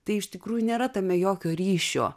tai iš tikrųjų nėra tame jokio ryšio